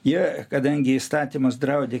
jie kadangi įstatymas draudė